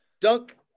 dunk